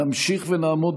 נמשיך ונעמוד